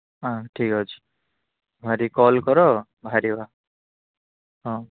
ହଁ ଠିକ୍ ଅଛି ଭାଇ ଟିକେ କଲ କର ବାହାରିବା ହଁ